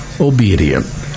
Obedient